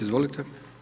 Izvolite.